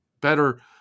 Better